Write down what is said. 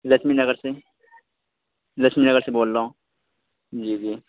لکشمی نگر سے لکشمی نگر سے بول رہا ہوں جی جی